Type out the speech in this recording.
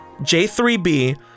J3B